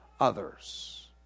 others